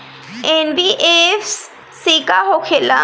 NBFC का होंखे ला?